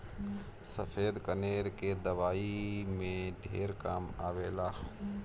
सफ़ेद कनेर के दवाई में ढेर काम आवेला